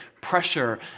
pressure